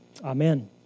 Amen